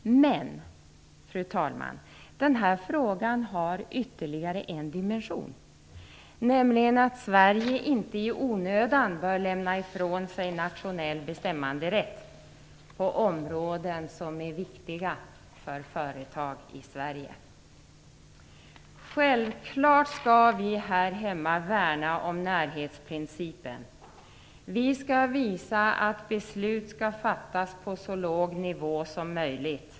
Fru talman! Den här frågan har ytterligare en dimension. Sverige bör inte i onödan lämna ifrån sig nationell bestämmanderätt på områden som är viktiga för företag i Sverige. Vi skall självfallet värna om närhetsprincipen här hemma. Vi skall visa att beslut skall fattas på så låg nivå som möjligt.